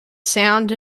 sound